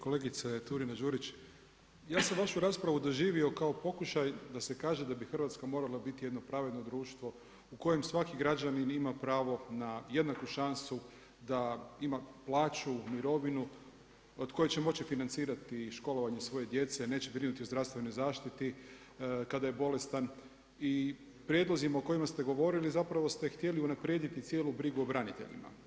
Kolegice Turina-Đurić, ja sam vašu raspravu doživio kao pokušaj da se kaže da bi Hrvatska morala biti jedno pravedno društvo u kojem svaki građanin ima pravo na jednaku šansu da ima plaću, mirovinu od koje će moći financirati školovanje svoje djece, neće brinuti o zdravstvenoj zaštiti kada je bolestan i prijedlozima o kojima ste govorili zapravo ste htjeli unaprijediti cijelu brigu o braniteljima.